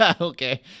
Okay